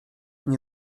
nie